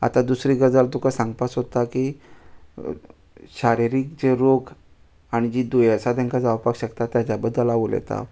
आतां दुसरी गजाल तुका सांगपा सोदता की शारिरीक जे रोग आनी जीं दुयेंसां तांकां जावपाक शकता ताज्या बद्दल हांव उलयतां